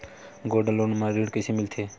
Gold loan म ऋण कइसे मिलथे?